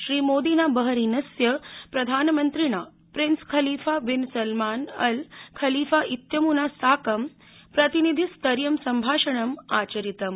श्रीमोदिना बहरीनस्य प्रधानमन्त्रिणा prince Khalifa bin Salman al Khalifa इत्यमुना साकं प्रतिनिधि स्तरीयं सम्भाषणम् आचरितम्